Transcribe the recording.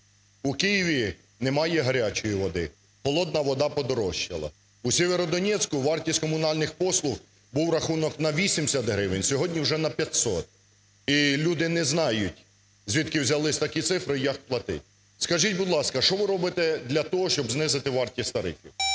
У Києві немає гарячої води. Холодна вода подорожчала. У Сєвєродонецьку вартість комунальних послуг – був рахунок на 80 гривень, сьогодні вже на 500. І люди не знають, звідки взялись такі цифри і як платить. Скажіть, будь ласка, що ви робите для того, щоб знизити вартість тарифів?